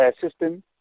system